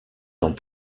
dans